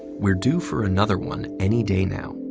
we're due for another one any day now,